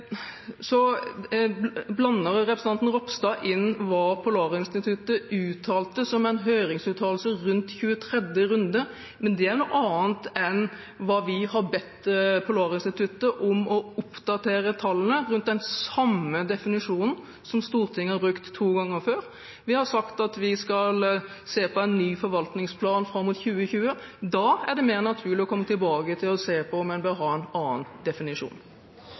Så blander representanten Ropstad inn hva Polarinstituttet uttalte – som en høringsuttalelse – om 23. runde, men det er noe annet enn hva vi har bedt Polarinstituttet om, å oppdatere tallene ut fra den samme definisjonen som Stortinget har brukt to ganger før. Vi har sagt at vi skal se på en ny forvaltningsplan fram mot 2020. Da er det mer naturlig å komme tilbake til det å se på om en bør ha en annen definisjon.